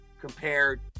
compared